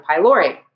pylori